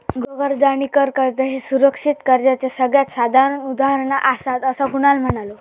गृह कर्ज आणि कर कर्ज ह्ये सुरक्षित कर्जाचे सगळ्यात साधारण उदाहरणा आसात, असा कुणाल म्हणालो